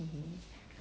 mmhmm